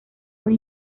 una